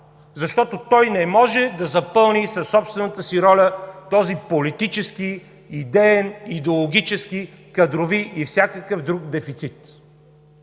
защото той не може да запълни със собствената си роля този политически, идеен, идеологически, кадрови и всякакъв друг дефицит.